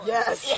Yes